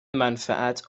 منفعت